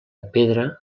pedra